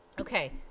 Okay